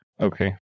Okay